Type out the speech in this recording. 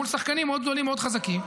מול שחקנים מאוד גדולים, מאוד חזקים,